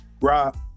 Rob